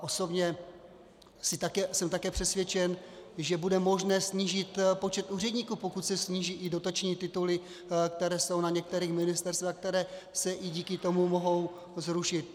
Osobně jsem také přesvědčen, že bude možné snížit počet úředníků, pokud se sníží i dotační tituly, které jsou na některých ministerstvech a které se i díky tomu mohou zrušit.